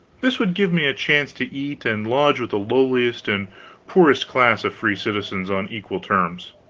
this would give me a chance to eat and lodge with the lowliest and poorest class of free citizens on equal terms.